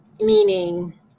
meaning